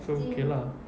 so okay lah